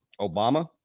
Obama